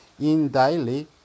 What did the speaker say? indaily